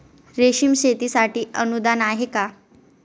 रेशीम शेतीसाठी अनुदान आहे का?